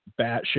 batshit